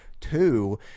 Two